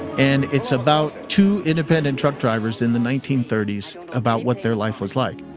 and it's about two independent truck drivers in the nineteen thirty s about what their life was like.